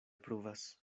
pruvas